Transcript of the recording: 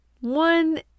One